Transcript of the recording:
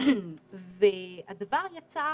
והדבר יצר